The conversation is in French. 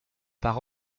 par